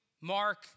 Mark